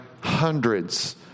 hundreds